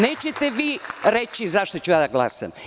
Nećete vi reći za šta ću ja da glasam.